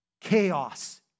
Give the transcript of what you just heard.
chaos